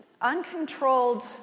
uncontrolled